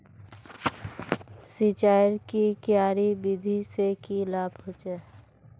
सिंचाईर की क्यारी विधि से की लाभ होचे?